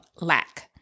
lack